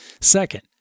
Second